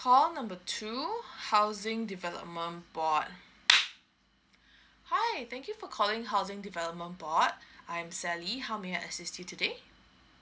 call number two housing development board hi thank you for calling housing development board I'm sally how may I assist you today